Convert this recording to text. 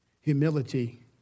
humility